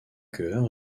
chœur